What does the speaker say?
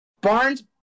Barnes